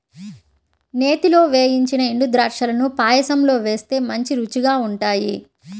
నేతిలో వేయించిన ఎండుద్రాక్షాలను పాయసంలో వేస్తే మంచి రుచిగా ఉంటాయి